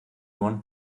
one